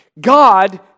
God